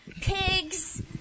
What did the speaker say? pigs